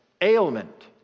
ailment